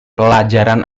pelajaran